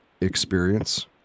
Experience